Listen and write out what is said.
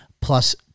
plus